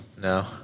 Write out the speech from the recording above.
No